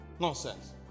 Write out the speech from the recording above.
Nonsense